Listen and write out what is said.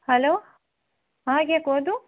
hello ହଁ ଆଜ୍ଞା କୁହନ୍ତୁ